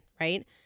right